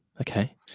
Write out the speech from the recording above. okay